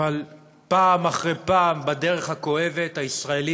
אבל פעם אחרי פעם בדרך הכואבת הישראלים